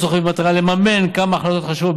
רוחבי במטרה לממן כמה החלטות חשובות,